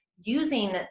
using